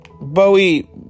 Bowie